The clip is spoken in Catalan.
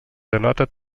denota